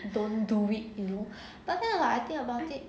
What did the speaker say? don't do it you know but think like I think about it